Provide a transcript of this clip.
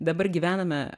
dabar gyvename